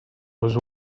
was